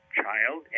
child